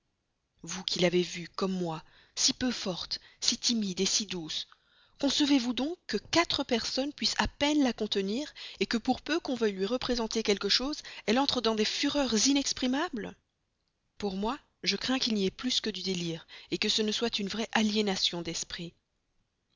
vous qui l'avez vue comme moi si peu forte si timide si douce concevez vous donc que quatre personnes puissent à peine la contenir que pour peu qu'on veuille lui représenter quelque chose elle entre dans des fureurs inexprimables pour moi je crains qu'il y ait plus que du délire que ce ne soit une vraie aliénation d'esprit